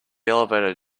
elevator